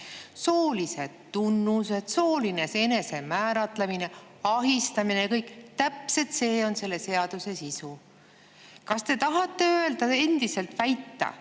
soolised tunnused, sooline enesemääratlemine, ahistamine ja kõik. Täpselt see on selle seaduse sisu. Kas te tahate öelda, endiselt väita,